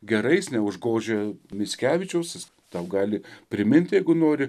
gerai jis neužgožia mickevičiaus jis tau gali priminti jeigu nori